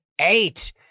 eight